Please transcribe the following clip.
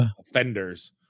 offenders